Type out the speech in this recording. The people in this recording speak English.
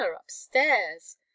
upstairs